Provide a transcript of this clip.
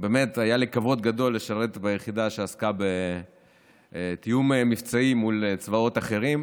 באמת היה לי כבוד גדול לשרת ביחידה שעסקה בתיאום מבצעי מול צבאות אחרים.